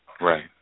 Right